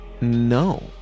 No